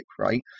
right